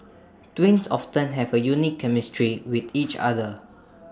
twins often have A unique chemistry with each other